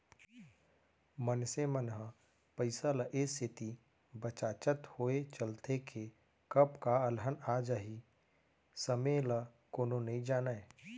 मनसे मन ह पइसा ल ए सेती बचाचत होय चलथे के कब का अलहन आ जाही समे ल कोनो नइ जानयँ